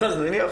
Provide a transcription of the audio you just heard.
אז נניח